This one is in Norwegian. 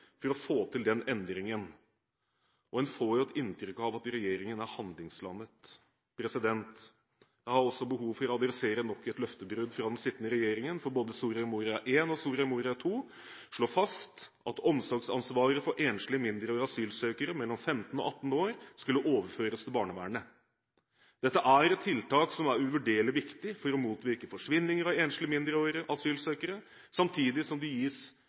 for å få til den endringen? En får jo et inntrykk av at regjeringen er handlingslammet. Jeg har behov for å adressere nok et løftebrudd fra den sittende regjeringen: Både Soria Moria I og Soria Moria II slår fast at omsorgsansvaret for enslige mindreårige asylsøkere mellom 15 og 18 år skulle overføres til barnevernet. Dette er et tiltak som er uvurderlig viktig for å motvirke forsvinninger av enslige mindreårige asylsøkere, samtidig som det gis